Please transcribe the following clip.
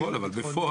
נכון, אבל בפועל.